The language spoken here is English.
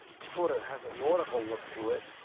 sort of has a nautical look to it.